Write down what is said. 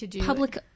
public